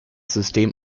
system